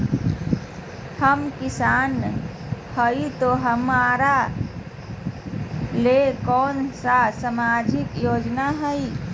हम किसान हई तो हमरा ले कोन सा सामाजिक योजना है?